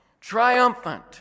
triumphant